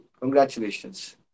Congratulations